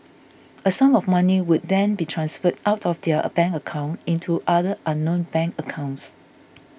a sum of money would then be transferred out of their bank account into other unknown bank accounts